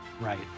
Right